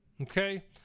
Okay